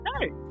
hey